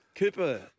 Cooper